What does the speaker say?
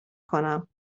کنم